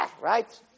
Right